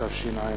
התשע"א